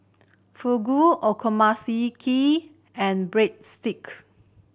Fugu Okonomiyaki and Breadstick